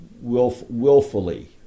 willfully